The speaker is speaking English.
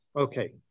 Okay